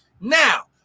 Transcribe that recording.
Now